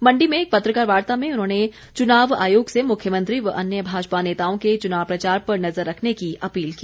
मण्डी में एक पत्रकार वार्ता में उन्होंने चुनाव आयोग से मुख्यमंत्री व अन्य भाजपा नेताओं के चुनाव प्रचार पर नज़र रखने की अपील की